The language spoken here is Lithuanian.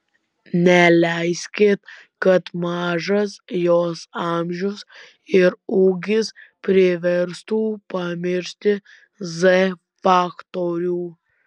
neleiskit kad mažas jos amžius ir ūgis priverstų pamiršti z faktorių